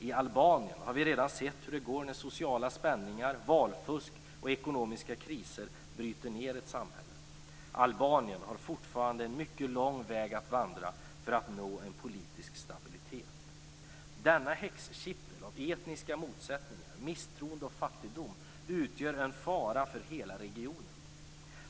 I Albanien har vi redan sett hur det går när sociala spänningar, valfusk och ekonomiska kriser bryter ned ett samhälle. Albanien har fortfarande en mycket lång väg att vandra för att nå politisk stabilitet. Denna häxkittel av etniska motsättningar, misstroende och fattigdom utgör en fara för hela regionen.